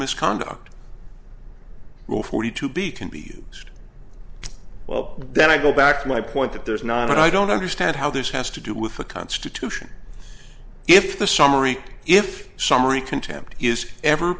misconduct will forty to be can be used well then i go back to my point that there's not i don't understand how this has to do with the constitution if the summary if summary contempt is ever